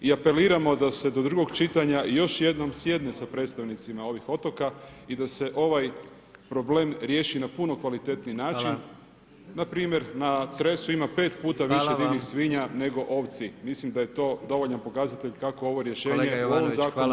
I apeliramo da se do drugog čitanja, još jednom sjedne sa predstavnicima ovih otoka i da se ovaj problem riješi na puno kvalitetniji način, npr. na Cresu ima 5 puta više divljih svinja nego ovci, mislim da je to dovoljan pokazatelj, kako ovo miješnje u ovom zakonu nije dobro.